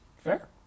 Fair